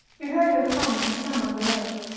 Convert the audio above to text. we heard her calling to some one below,